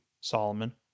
Solomon